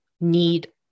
need